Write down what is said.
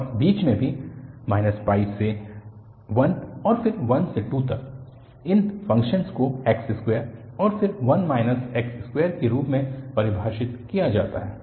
और बीच में भी से 1 और फिर 1 से 2 तक इन फ़ंक्शन्स को x2 और फिर 1 x2 के रूप में परिभाषित किया जाता है